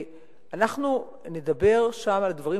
אנחנו נדבר שם על דברים,